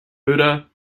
buddha